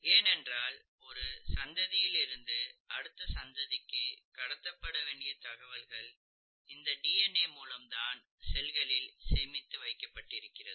ஏனென்றால் ஒரு சந்ததியிலிருந்து அடுத்த சந்ததிக்கு கடத்தப்பட வேண்டிய தகவல்கள் இந்த டிஎன்ஏ மூலம்தான் செல்களில் சேமிக்கப்படுகிறது